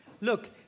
Look